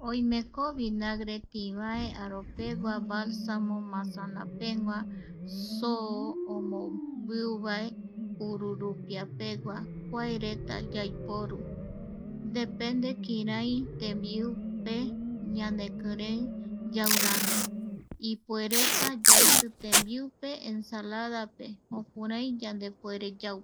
Oimeko vinagre tivae, aropegua, balsamico, masanapegua, soo omom, biuva, ururupiapegua, kuae reta yaiporu depende kirai tembiu pe ñanekirei yau rami, ipuereta yaiti tembiu pe ensaladap,e jokuari yandepuere yau